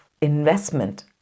investment